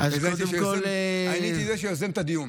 אני הייתי זה שיוזם את הדיון.